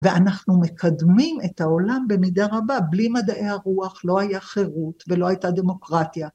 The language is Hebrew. ואנחנו מקדמים את העולם במידה רבה, בלי מדעי הרוח לא הייתה חירות ולא הייתה דמוקרטיה.